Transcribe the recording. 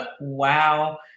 Wow